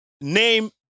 name